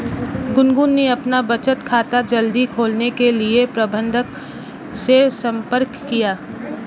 गुनगुन ने अपना बचत खाता जल्दी खोलने के लिए प्रबंधक से संपर्क किया